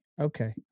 Okay